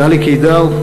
טלי קידר,